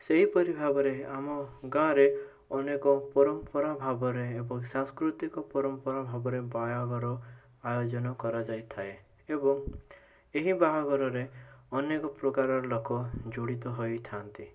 ସେହିପରି ଭାବରେ ଆମ ଗାଁରେ ଅନେକ ପରମ୍ପରା ଭାବରେ ଏବଂ ସାଂସ୍କୃତିକ ପରମ୍ପରା ଭାବରେ ବାହାଘର ଆୟୋଜନ କରାଯାଇଥାଏ ଏବଂ ଏହି ବାହାଘରରେ ଅନେକପ୍ରକାରର ଲୋକ ଜଡ଼ିତ ହୋଇଥାନ୍ତି